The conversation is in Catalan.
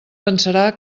pensarà